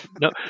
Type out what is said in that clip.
No